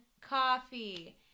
coffee